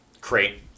crate